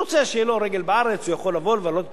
הוא יוכל לבוא ולבלות בה את החופשות שלו בארץ.